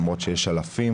למרות שיש אלפים,